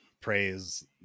praise